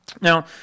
Now